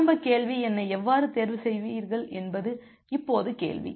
ஆரம்ப கேள்வி எண்ணை எவ்வாறு தேர்வு செய்வீர்கள் என்பது இப்போது கேள்வி